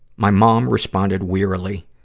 my mom responded wearily,